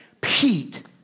Pete